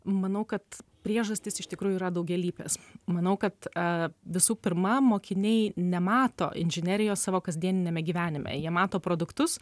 manau kad priežastis iš tikrųjų yra daugialypės manau kad a visų pirma mokiniai nemato inžinerijos savo kasdieniniame gyvenime jie mato produktus